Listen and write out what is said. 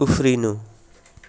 उफ्रिनु